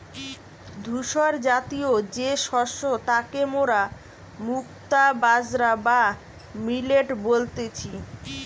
ধূসরজাতীয় যে শস্য তাকে মোরা মুক্তা বাজরা বা মিলেট বলতেছি